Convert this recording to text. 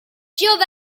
giovanni